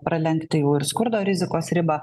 pralenkti jau ir skurdo rizikos ribą